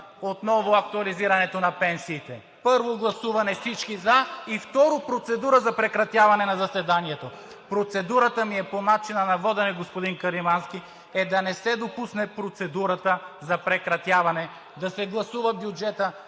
за актуализирането на пенсиите? Първо гласуване всички за и второто – процедура за прекратяване на заседанието. (Реплики.) Процедурата ми е по начина на водене, господин Каримански, да не се допусне процедурата за прекратяване. Да се гласува бюджетът,